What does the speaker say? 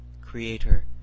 Creator